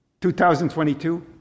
2022